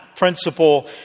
principle